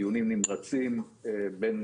דיונים נמרצים בין